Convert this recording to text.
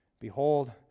Behold